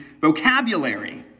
vocabulary